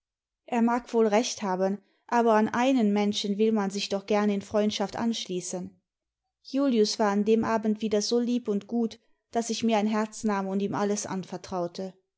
r mag wohl recht haben aber an einen menschen will man sich doch gern in freimdschaft anschließen julius war an dem abend wieder so lieb und gut daß ich mir ein herz nahm imd ihm alles anvertraute